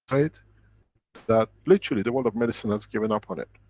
bad that literally the world of medicine has given up on it.